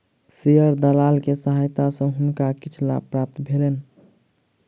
share दलाल के सहायता सॅ हुनका किछ लाभ प्राप्त भेलैन